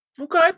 Okay